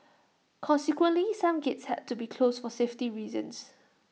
consequently some gates had to be closed for safety reasons